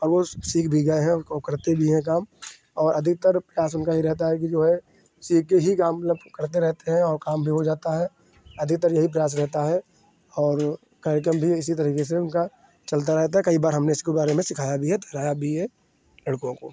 और वह सीख भी गए हैं उनको करते भी हैं काम और अधिकतर प्रयास उनका यही रहता है कि जो है सीखकर ही काम मतलब करते रहेते हैं और काम भी हो जाता है अधिकतर यही प्रयास रहता है और कार्यक्रम भी इसी तरीके से उनका चलता रहता है कई बार हमने इसके बारे में सिखाया भी है तैराया भी है लड़कों को